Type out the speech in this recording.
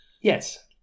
Yes